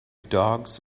dogs